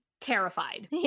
terrified